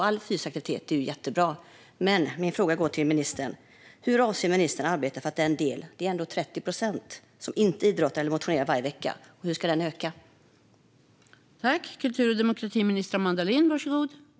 All fysisk aktivitet är ju jättebra, men min fråga till ministern är: Hur avser ministern att arbeta för att den andel som inte idrottar eller motionerar varje vecka - det är ändå 30 procent - ska minska?